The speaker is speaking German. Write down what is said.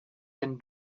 wenn